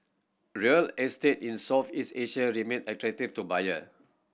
real estate in Southeast Asia remain attractive to buyer